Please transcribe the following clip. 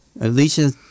Alicia